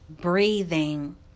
breathing